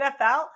nfl